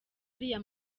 ariya